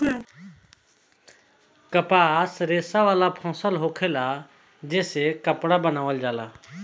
कपास रेशा वाला फसल होखेला जे से कपड़ा बनावल जाला